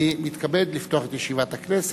ישיבת הכנסת.